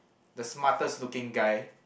the smartest looking guy